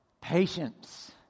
patience